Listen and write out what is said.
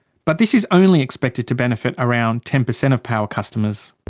but this is only expected to benefit around ten percent of power customers.